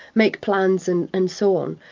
make plans and and so on.